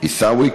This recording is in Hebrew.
עיסאווי?